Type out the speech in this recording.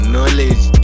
Knowledge